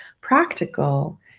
practical